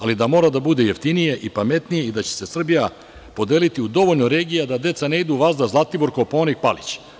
Ali, mora da bude jeftinije i pametnije i da će se Srbija podeliti u dovoljno regija da deca ne idu vazda Zlatibor, Kopaonik, Palić.